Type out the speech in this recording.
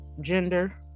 gender